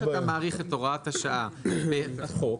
כי או שאתה מאריך את הוראת השעה בחוק,